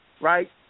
right